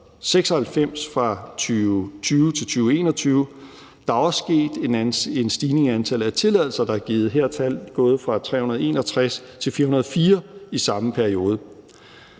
796 fra 2020 til 2021. Der er også sket en stigning i antallet af tilladelser, der er givet – her er tallet gået fra 361 til 404 i samme periode.